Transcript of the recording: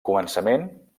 començament